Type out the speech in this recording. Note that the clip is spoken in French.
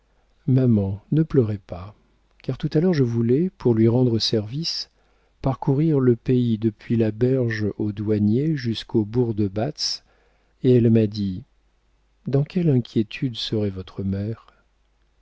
maman ne pleurez pas car tout à l'heure je voulais pour lui rendre service parcourir le pays depuis la berge aux douaniers jusqu'au bourg de batz et elle m'a dit dans quelle inquiétude serait votre mère